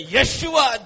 Yeshua